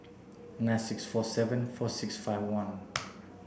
nine six four seven four six five one